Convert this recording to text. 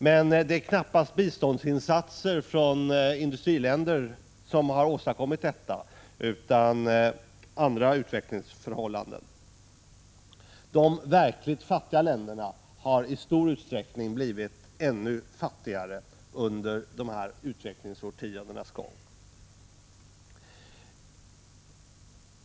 Men det är knappast biståndsinsatser från industriländer som har åstadkommit detta utan det är andra utvecklingsförhållanden. De verkligt fattiga länderna har i stor utsträckning blivit ännu fattigare under de här utvecklingsårtiondenas gång.